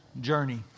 journey